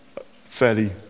fairly